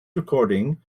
recording